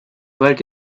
work